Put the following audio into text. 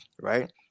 right